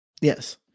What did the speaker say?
yes